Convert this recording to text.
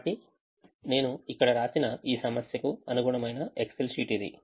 కాబట్టి నేను ఇక్కడ వ్రాసిన ఈ సమస్యకు అనుగుణమైన ఎక్సెల్ షీట్ ఇది